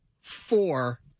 four